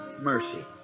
mercy